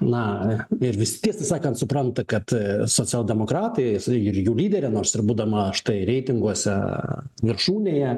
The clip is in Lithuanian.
na ir visi tiesą sakant supranta kad socialdemokratai ir jų lyderė nors ir būdama štai reitinguose viršūnėje